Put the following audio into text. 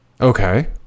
Okay